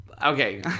Okay